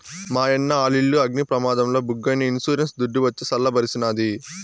మాయన్న ఆలిల్లు అగ్ని ప్రమాదంల బుగ్గైనా ఇన్సూరెన్స్ దుడ్డు వచ్చి సల్ల బరిసినాది